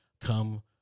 Come